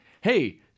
hey